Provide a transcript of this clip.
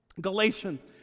Galatians